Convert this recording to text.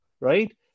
right